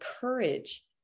courage